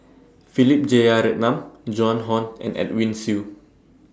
Philip Jeyaretnam Joan Hon and Edwin Siew